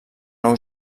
nou